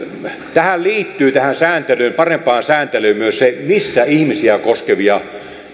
tähän liittyy tähän sääntelyyn parempaan sääntelyyn myös se missä ihmisiä koskevia